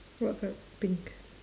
what colour pink